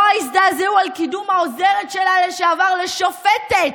לא הזדעזעו על קידום העוזרת שלה לשעבר לשופטת,